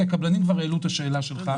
כי הקבלנים כבר העלו את השאלה שלך אתמול.